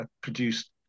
produced